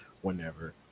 whenever